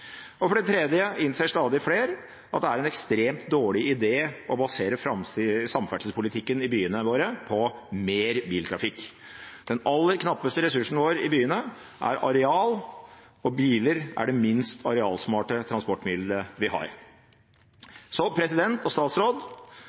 Og for det tredje innser stadig flere at det er en ekstremt dårlig idé å basere samferdselspolitikken i byene våre på mer biltrafikk. Den aller knappeste ressursen vår i byene er areal, og biler er det minst arealsmarte transportmiddelet vi har.